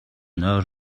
нойр